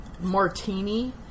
martini